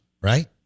right